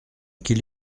qu’il